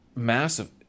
Massive